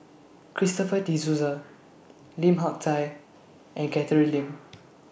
Christopher De Souza Lim Hak Tai and Catherine Lim